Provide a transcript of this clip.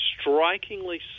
strikingly